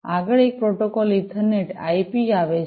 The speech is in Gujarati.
આગળ એક પ્રોટોકોલ ઇથરનેટ આઇપીEthernetIP આવે છે